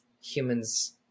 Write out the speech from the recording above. humans